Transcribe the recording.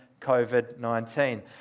COVID-19